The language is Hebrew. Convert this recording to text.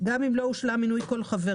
- גם אם לא הושלם מינוי כל חבריה.